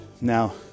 Now